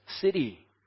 city